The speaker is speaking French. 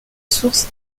source